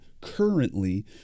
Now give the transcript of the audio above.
currently